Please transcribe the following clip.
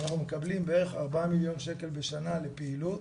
אנחנו מקבלים בערך 4 מיליון שקלים בשנה לפעילות,